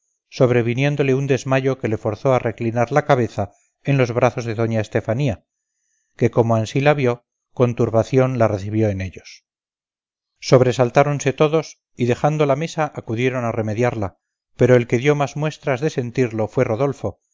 punto sobreviniéndole un desmayo que le forzó a reclinar la cabeza en los brazos de doña estefanía que como ansí la vio con turbación la recibió en ellos sobresaltáronse todos y dejando la mesa acudieron a remediarla pero el que dio más muestras de sentirlo fue rodolfo